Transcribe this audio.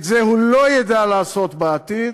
את זה הוא לא ידע לעשות בעתיד,